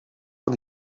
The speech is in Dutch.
van